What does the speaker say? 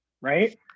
right